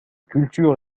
culture